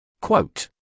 Quote